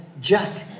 Jack